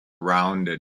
rounded